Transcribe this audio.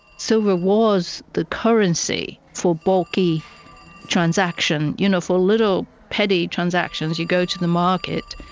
silver was the currency for bulky transaction. you know, for little petty transactions you go to the market,